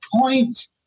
point